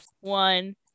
one